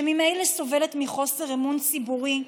שממילא סובלת מחוסר אמון ציבורי,